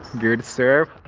good serve